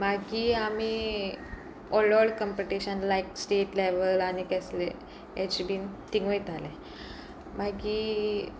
मागीर आमी व्हड व्हड कंम्पिटीशन लायक स्टेट लेवल आनी केसले हेचे बीन थंग वयताले मागी